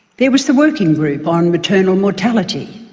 there was the working group on maternal mortality,